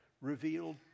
revealed